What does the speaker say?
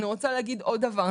אני רוצה להגיד עוד דבר.